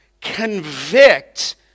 convict